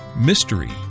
mystery